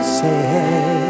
say